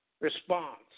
response